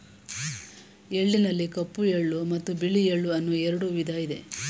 ಎಳ್ಳಿನಲ್ಲಿ ಕಪ್ಪು ಎಳ್ಳು ಮತ್ತು ಬಿಳಿ ಎಳ್ಳು ಅನ್ನೂ ಎರಡು ವಿಧ ಇದೆ